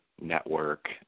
network